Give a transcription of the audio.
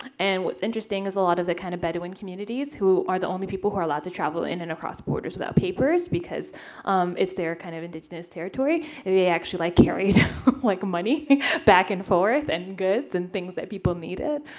and what's interesting is a lot of the kind of bedouin communities, who are the only people who are allowed to travel in and across borders without papers, because it's their kind of indigenous territory. and they actually like carried like money back and forth and goods and things that people needed.